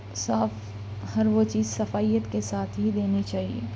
صاف ہر وہ چیز صفائیت کے ساتھ ہی دینی چاہیے